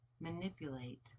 manipulate